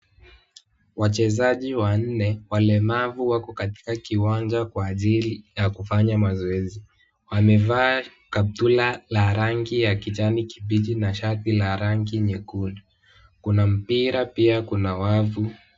Wachezaji wanne walemavu wako katika kiwanja kwa ajili ya kufanya mazoezi. Wamevaa kaptura la rangi ya Kijani kimbichi na shati la rangi nyekundu. Kuna mpira pia kuna wavu.